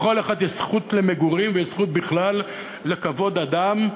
לכל אחד יש זכות למגורים ויש זכות בכלל לכבוד אדם,